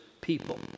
people